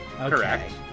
Correct